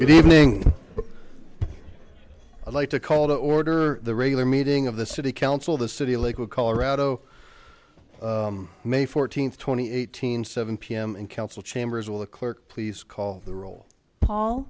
good evening but i'd like to call to order the regular meeting of the city council the city lakewood colorado may fourteenth twenty eighteen seven pm in council chambers will the clerk please call the role paul